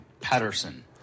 Patterson